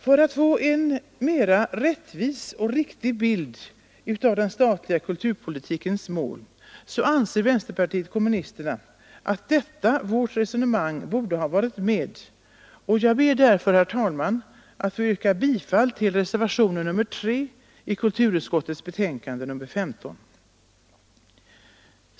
För att få en mera rättvis och riktig bild av den statliga kulturpolitikens mål anser vi inom vänsterpartiet kommunisterna att detta vårt resonemang borde ha varit med, och jag ber därför, herr talman, att få yrka bifall till reservationen 3 vid kulturutskottets betänkande nr 15.